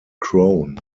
crown